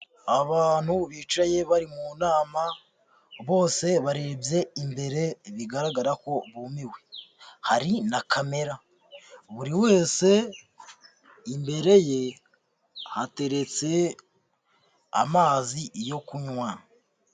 Abantu bicaye bari mu nama bose barebye imbere bigaragara ko bumiwe hari na camera buri wese imbere ye hateretse amazi yo kunywa.